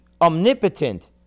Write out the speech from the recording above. omnipotent